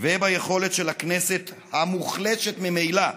וביכולת של הכנסת, המוחלשת ממילא,